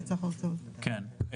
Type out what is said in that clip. כן,